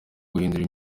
guhindura